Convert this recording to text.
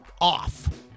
off